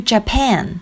Japan